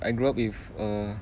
I grow up with err